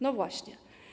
No właśnie.